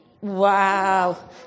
Wow